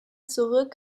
zurück